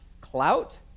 clout